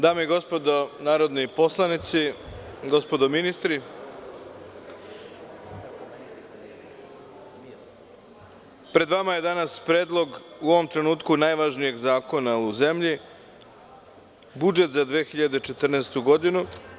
Dame i gospodo narodni poslanici, gospodo ministri, pred vama je danas predlog, u ovom trenutku, najvažnijeg zakona u zemlji – budžet za 2014. godinu.